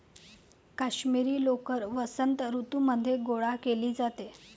काश्मिरी लोकर वसंत ऋतूमध्ये गोळा केली जाते